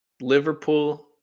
Liverpool